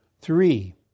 Three